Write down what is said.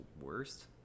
worst